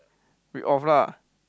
read off lah